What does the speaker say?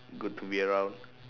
good to be around